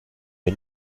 mir